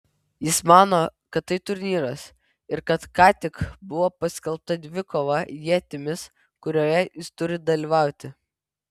jis mano kad tai turnyras ir kad ką tik buvo paskelbta dvikova ietimis kurioje jis turi dalyvauti